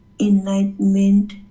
enlightenment